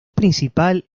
principal